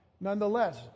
Nonetheless